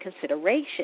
consideration